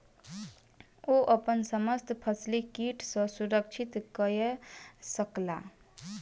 ओ अपन समस्त फसिलक कीट सॅ सुरक्षित कय सकला